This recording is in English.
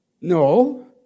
No